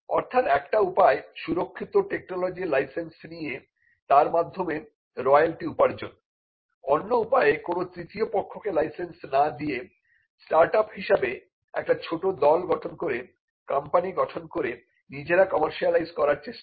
অর্থাৎ একটি উপায় সুরক্ষিত টেকনোলজির লাইসেন্স নিয়ে তার মাধ্যমে রয়ালটি উপার্জন অন্য উপায়ে কোন তৃতীয় পক্ষকে লাইসেন্স না দিয়ে স্টার্ট আপ হিসাবে একটি ছোট দল গঠন করে কোম্পানি গঠন করে নিজেরা কমার্শিয়ালাইজ করার চেষ্টা